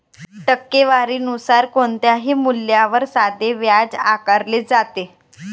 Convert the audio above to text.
टक्केवारी नुसार कोणत्याही मूल्यावर साधे व्याज आकारले जाते